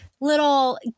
little